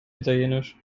italienisch